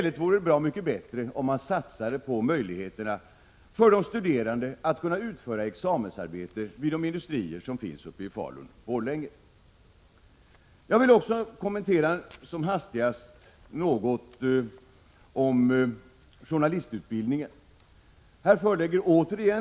Det vore bra mycket bättre att satsa på de studerandes möjligheter att utföra examensarbete vid de industrier som finns i Falun-Borlänge. Jag vill som hastigast kommentera även journalistutbildningen. Här föreligger återigen en borgerlig enighet.